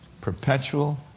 perpetual